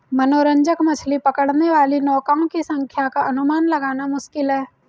मनोरंजक मछली पकड़ने वाली नौकाओं की संख्या का अनुमान लगाना मुश्किल है